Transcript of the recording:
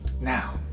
Now